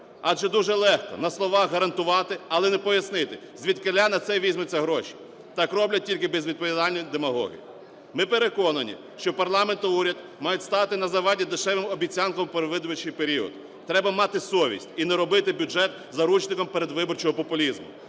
адже дуже легко на словах гарантувати, але не пояснити, звідкіля на це візьмуться гроші. Так роблять тільки безвідповідальні демагоги. Ми переконані, що парламент і уряд мають стати на заваді дешевим обіцянкам у передвиборчий період. Треба мати совість і не робити бюджет заручником передвиборчого популізму.